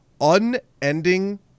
unending